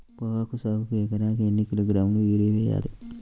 పొగాకు సాగుకు ఎకరానికి ఎన్ని కిలోగ్రాముల యూరియా వేయాలి?